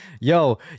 Yo